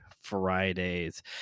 Fridays